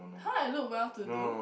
[huh] I look well to do